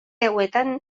hauetan